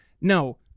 No